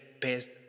best